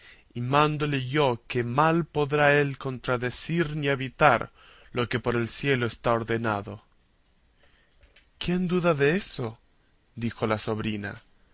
y mándole yo que mal podrá él contradecir ni evitar lo que por el cielo está ordenado quién duda de eso dijo la sobrina